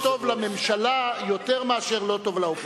לא טוב לממשלה יותר מאשר לא טוב לאופוזיציה.